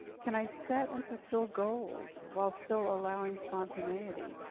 can i set and fulfill goals while still allowing spontaneity?